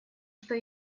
что